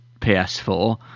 PS4